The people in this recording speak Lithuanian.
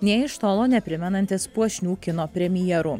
nė iš tolo neprimenantis puošnių kino premjerų